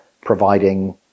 providing